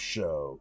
Show